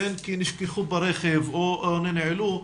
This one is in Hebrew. בין כי נשכחו ברכב או ננעלו.